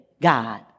God